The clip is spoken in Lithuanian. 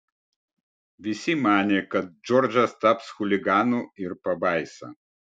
visi manė kad džordžas taps chuliganu ir pabaisa